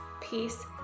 peace